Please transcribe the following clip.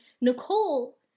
Nicole